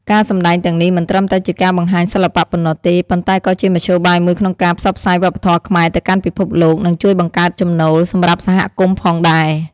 ការសម្តែងទាំងនេះមិនត្រឹមតែជាការបង្ហាញសិល្បៈប៉ុណ្ណោះទេ ប៉ុន្តែក៏ជាមធ្យោបាយមួយក្នុងការផ្សព្វផ្សាយវប្បធម៌ខ្មែរទៅកាន់ពិភពលោក និងជួយបង្កើតចំណូលសម្រាប់សហគមន៍ផងដែរ។